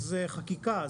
זו חקיקה.